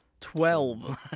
Twelve